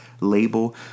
label